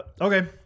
Okay